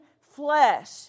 flesh